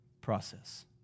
process